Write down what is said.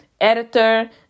editor